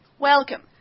Welcome